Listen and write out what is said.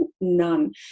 None